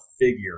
figure